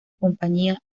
compañía